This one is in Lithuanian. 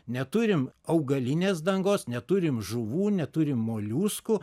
neturim augalinės dangos neturim žuvų neturim moliuskų